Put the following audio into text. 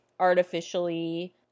artificially